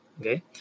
okay